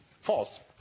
false